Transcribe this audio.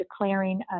declaring